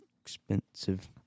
Expensive